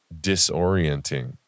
disorienting